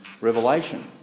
Revelation